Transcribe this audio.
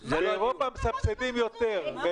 רם בן ברק (יש עתיד תל"ם): באירופה מסבסדים יותר.